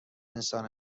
انسان